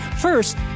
First